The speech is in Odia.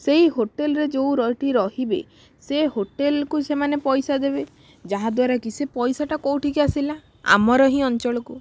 ସେଇ ହୋଟେଲରେ ଯେଉଁ ଏଇଠି ରହିବେ ସେ ହୋଟେଲକୁ ସେମାନେ ପଇସା ଦେବେ ଯାହାଦ୍ୱାରା କି ସେ ପଇସାଟା କେଉଁଠିକି ଆସିଲା ଆମର ହିଁ ଅଞ୍ଚଳକୁ